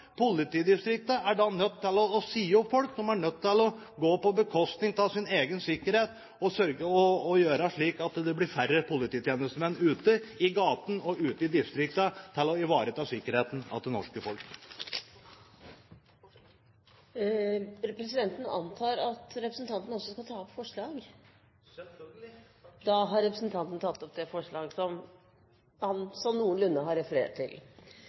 er da nødt til å si opp folk. De er nødt til, på bekostning av sin egen sikkerhet, å gjøre det. Så det blir færre polititjenestemenn ute i gatene og ute i distriktene til å ivareta sikkerheten til det norske folk. Presidenten antar at representanten også skal ta opp et forslag. Selvfølgelig. Da har representanten Morten Ørsal Johansen tatt opp det forslaget som han sånn noenlunde har referert til.